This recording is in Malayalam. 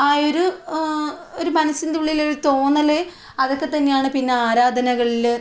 ആ ഒരു ഒരു മനസ്സിൻ്റെ ഉള്ളിലൊരു തോന്നൽ അതൊക്കെ തന്നെയാണ് പിന്നെ ആരാധനകളിൽ